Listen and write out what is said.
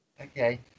Okay